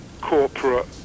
corporate